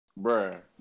Bruh